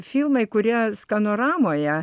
filmai kurie skanoramoje